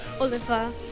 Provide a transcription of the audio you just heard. Oliver